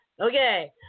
Okay